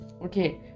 Okay